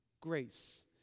Grace